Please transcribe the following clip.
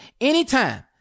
anytime